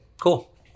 cool